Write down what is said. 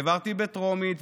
והעברתי בטרומית,